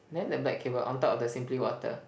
there the black cable on top of the Simply Water